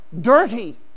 Dirty